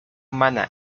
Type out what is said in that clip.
humana